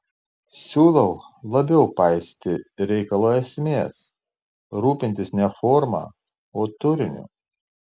siūlau labiau paisyti reikalo esmės rūpintis ne forma o turiniu